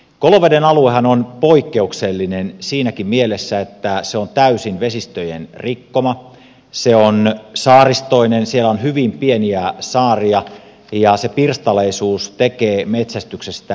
koloveden aluehan on poikkeuksellinen siinäkin mielessä että se on täysin vesistöjen rikkoma se on saaristoinen siellä on hyvin pieniä saaria ja se pirstaleisuus tekee metsästyksestä äärimmäisen hankalaa